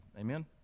Amen